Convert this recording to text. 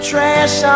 Trash